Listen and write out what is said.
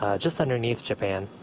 just underneath japan.